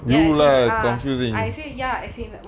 ya I seen ah I say ya as in